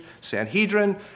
Sanhedrin